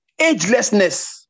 Agelessness